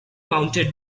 mounted